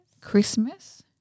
Christmas